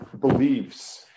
believes